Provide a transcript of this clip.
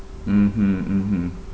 mmhmm mmhmm